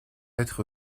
être